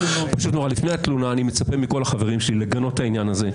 לפני התלונה אני מצפה מכל חבריי לגנות את העניין הזה.